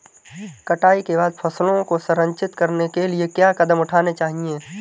कटाई के बाद फसलों को संरक्षित करने के लिए क्या कदम उठाने चाहिए?